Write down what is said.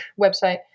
website